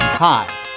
Hi